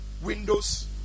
windows